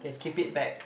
they keep it back